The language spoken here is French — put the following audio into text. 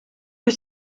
que